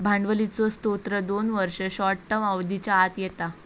भांडवलीचे स्त्रोत दोन वर्ष, शॉर्ट टर्म अवधीच्या आत येता